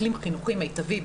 אקלים חינוכי מיטבי,